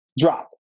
drop